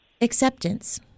acceptance